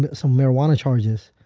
but some marijuana charges.